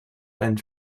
and